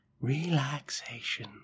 relaxation